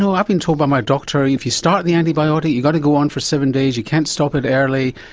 know, i've been told by my doctor if you start the antibiotic you've got to go on for seven days, you can't stop it early.